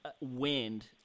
wind